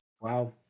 Wow